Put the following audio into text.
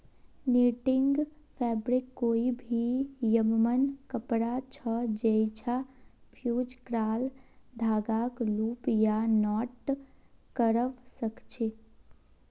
netting fabric कोई भी यममन कपड़ा छ जैइछा फ़्यूज़ क्राल धागाक लूप या नॉट करव सक छी